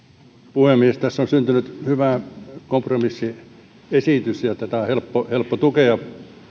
puhemies tässä on syntynyt hyvä kompromissiesitys ja tätä on helppo helppo tukea